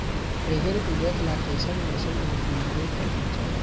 रहेर उरद ला कैसन मौसम मा बुनई करना चाही?